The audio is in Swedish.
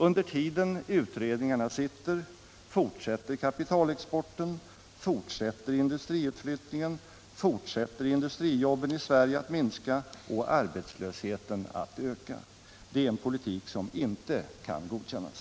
Under tiden utredningarna sitter fortsätter kapitalexporten, fortsätter industriutflyttningen, fortsätter industrijobben i Sverige att minska och arbetslösheten att öka. Det är en politik som inte kan godkännas.